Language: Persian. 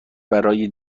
برای